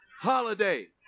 holiday